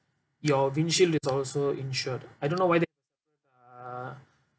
your windshield is also insured I don't know why they uh